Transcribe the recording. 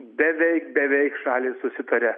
beveik beveik šalys susitaria